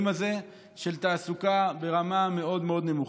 הזה של תעסוקה ברמה מאוד מאוד נמוכה,